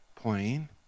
plane